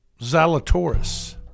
Zalatoris